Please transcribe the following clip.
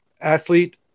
athlete